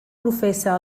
professa